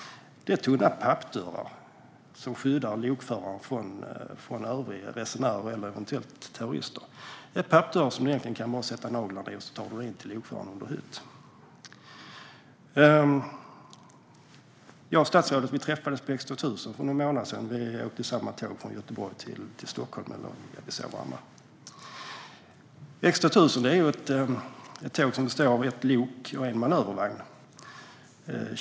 De har tunna pappdörrar som skyddar lokföraren från övriga resenärer och eventuella terrorister. Det är pappdörrar som du egentligen bara behöver sätta naglarna i för att ta dig in till lokförarens hytt. Jag och statsrådet träffades på X 2000 för någon månad sedan; vi åkte samma tåg från Göteborg till Stockholm och såg varandra. X 2000 är ett tåg som består av ett lok och en manövervagn.